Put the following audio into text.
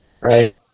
right